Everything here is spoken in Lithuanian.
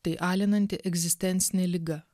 tai alinanti egzistencinė liga